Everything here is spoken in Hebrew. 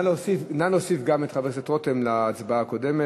נא להוסיף גם את חבר הכנסת רותם להצבעה הקודמת.